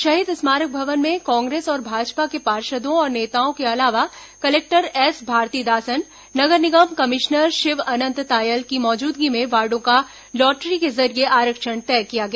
शहीद स्मारक भवन में कांग्रेस और भाजपा के पार्षदों और नेताओं के अलावा कलेक्टर एस भारतीदासन नगर निगम कमिश्नर शिव अनंत तायल की मौजूदगी में वार्डो का लॉटरी के जरिए आरक्षण तय किया गया